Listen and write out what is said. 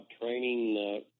training